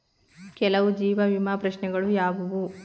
ಕೆಲವು ಜೀವ ವಿಮಾ ಪ್ರಶ್ನೆಗಳು ಯಾವುವು?